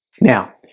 Now